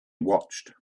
watched